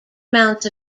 amounts